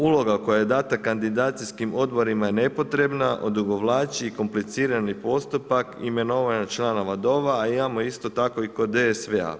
Uloga koja je dana kandidacijskim odborima je nepotrebna, odugovlači i komplicirani postupak, imenovanje članova DOV-a, imamo isto tako i kod DSV-a.